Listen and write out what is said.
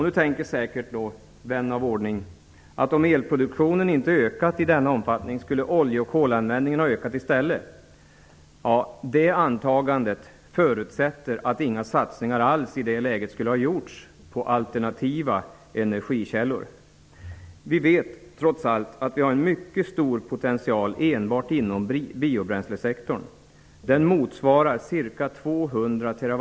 Nu tänker säkert vän av ordning, att om elproduktionen inte ökat i denna omfattning skulle olje och kolanvändningen ha ökat i stället. Det antagandet förutsätter att inga satsningar alls i det läget skulle ha gjorts på alternativa energikällor. Vi vet trots allt att vi har en mycket stor potential enbart inom biobränslesektorn. Den motsvarar ca 200 TWh.